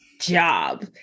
job